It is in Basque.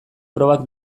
probak